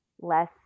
less